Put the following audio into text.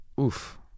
oof